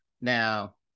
Now